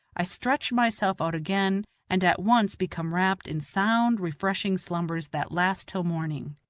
i stretch myself out again and at once become wrapped in sound, refreshing slumbers that last till morning.